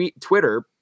Twitter